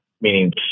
meaning